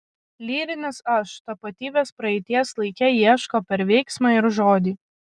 lyrinis aš tapatybės praeities laike ieško per veiksmą ir žodį